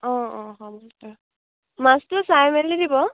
অ অ হ'ব দিয়ক মাছটো চাই মেলি দিব